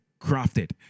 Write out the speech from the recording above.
crafted